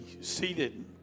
seated